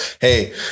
Hey